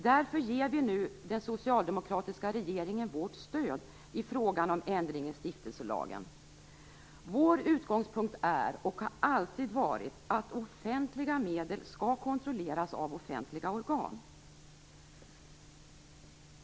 Därför ger vi nu den socialdemokratiska regeringen vårt stöd i frågan om ändring i stiftelselagen. Vår utgångspunkt är, och har alltid varit, att offentliga medel skall kontrolleras av offentliga organ.